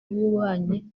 w’ububanyi